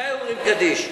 מתי אומרים קדיש?